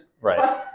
Right